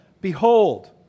Behold